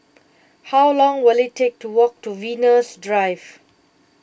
how long will it take to walk to Venus Drive